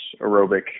aerobic